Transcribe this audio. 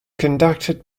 conducted